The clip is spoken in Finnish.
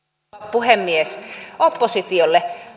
puhemies oppositiolle